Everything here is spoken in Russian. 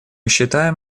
считаем